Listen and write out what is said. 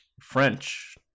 French